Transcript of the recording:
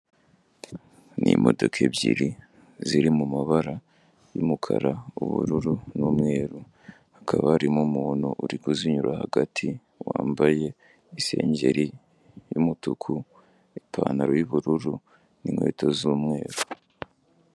Ni imodoka ebyiri ziri mu mabara y'umukara, ubururu n'umweru, hakaba harimo umuntu uri kuzinyura hagati wambaye isengeri y'umutuku, ipantalo y'ubururu n'inkweto z'umweru.